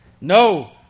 No